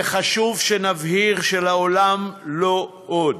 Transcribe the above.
וחשוב שנבהיר שלעולם לא עוד.